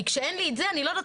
אני לא יודעת,